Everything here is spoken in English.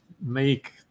make